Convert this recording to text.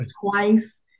twice